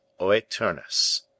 Oeternus